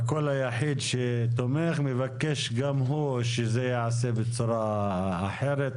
הקול היחיד שתומך מבקש גם הוא שזה יעשה בצורה אחרת.